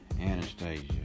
Anastasia